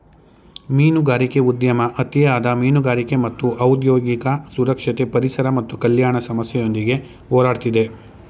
ಮೀನುಗಾರಿಕೆ ಉದ್ಯಮ ಅತಿಯಾದ ಮೀನುಗಾರಿಕೆ ಮತ್ತು ಔದ್ಯೋಗಿಕ ಸುರಕ್ಷತೆ ಪರಿಸರ ಮತ್ತು ಕಲ್ಯಾಣ ಸಮಸ್ಯೆಯೊಂದಿಗೆ ಹೋರಾಡ್ತಿದೆ